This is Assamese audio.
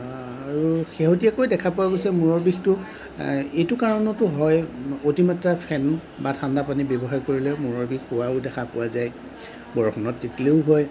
আৰু শেহতীয়াকৈ দেখা পোৱা গৈছে মূৰৰ বিষটো এইটো কাৰণতো হয় অতিমাত্ৰা ফেন বা ঠাণ্ডা পানী ব্যৱহাৰ কৰিলেও মূৰৰ বিষ হোৱাও দেখা পোৱা যায় বৰষুণত তিতিলেও হয়